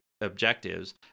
objectives